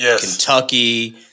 Kentucky